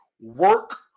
work